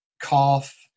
cough